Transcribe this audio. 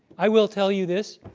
i will tell you this.